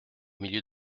milieu